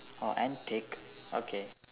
oh antic okay